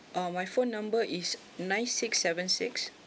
uh my phone number is nine six seven six